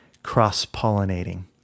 cross-pollinating